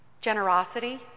Generosity